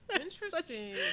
Interesting